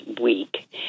week